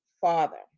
father